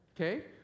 okay